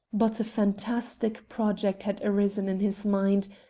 but a fantastic project had arisen in his mind,